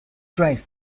trace